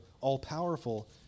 all-powerful